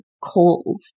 cold